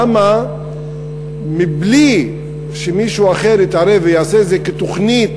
למה מבלי שמישהו אחר יתערב ויעשה את זה כתוכנית